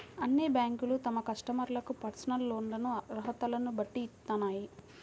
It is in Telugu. అన్ని బ్యేంకులూ తమ కస్టమర్లకు పర్సనల్ లోన్లను అర్హతలను బట్టి ఇత్తన్నాయి